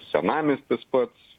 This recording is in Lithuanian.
senamiestis pats